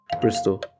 Bristol